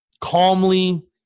calmly